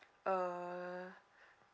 uh